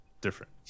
Different